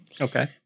Okay